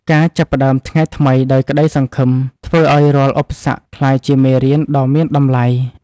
ការចាប់ផ្តើមថ្ងៃថ្មីដោយក្តីសង្ឃឹម ធ្វើឱ្យរាល់ឧបសគ្គក្លាយជាមេរៀនដ៏មានតម្លៃ។